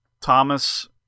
Thomas